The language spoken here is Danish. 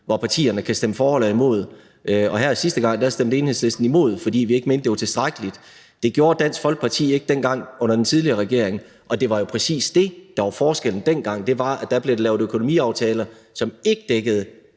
hvor partierne kan stemme for eller imod. Og her sidste gang stemte Enhedslisten imod, fordi vi ikke mente, det var tilstrækkeligt. Det gjorde Dansk Folkeparti ikke dengang under den tidligere regering, og det er jo præcis det, der er forskellen på dengang og nu. Det var, at dengang blev der lavet økonomiaftaler, som ikke dækkede